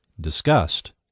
disgust